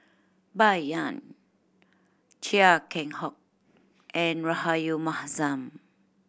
Bai Yan Chia Keng Hock and Rahayu Mahzam